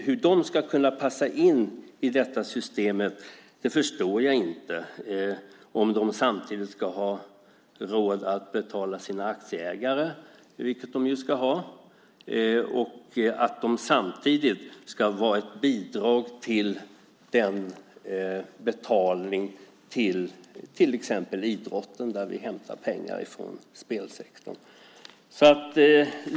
Hur de ska kunna passa in i detta system förstår jag inte om de ska ha råd att betala sina aktieägare, vilket de ju ska ha, och samtidigt ge ett bidrag till den betalning till idrotten till exempel där vi hämtar pengar från spelsektorn.